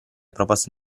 proposte